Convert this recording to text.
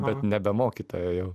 bet nebe mokytojo jau